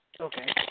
Okay